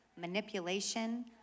manipulation